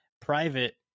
private